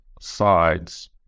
sides